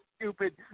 stupid